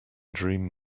dream